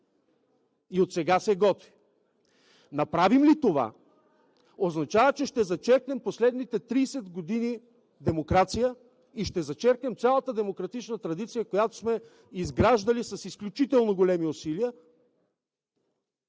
и отсега се готви. Направим ли това, означава, че ще зачеркнем последните 30 години демокрация и ще зачеркнем цялата демократична традиция, която сме изграждали с изключително големи усилия,